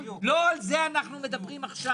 לא על זה אנחנו מדברים עכשיו.